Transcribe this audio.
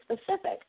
specific